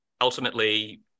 ultimately